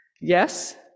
yes